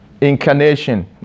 incarnation